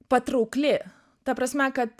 patraukli ta prasme kad